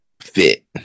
fit